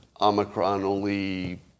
Omicron-only